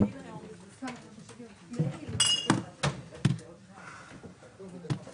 מיליון שקלים הם בהרשאה להתחייב.